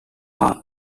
are